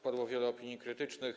Padło wiele opinii krytycznych.